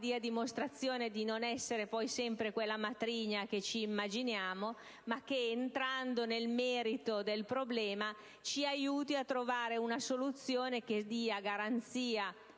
dia dimostrazione di non essere sempre quella matrigna che immaginiamo, ma che, entrando nel merito del problema, ci aiuti ad individuare una soluzione che dia garanzia